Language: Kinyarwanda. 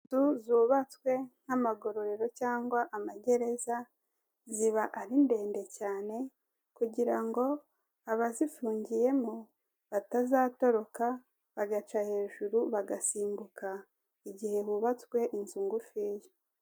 Inzu zubatswe nk'amagororero cyangwa amagereza ziba ari ndende cyane kugira ngo abazifungiyemo batazatoroka bagaca hejuru bagasimbuka igihe hubatswe inzu ngufiya.